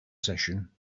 session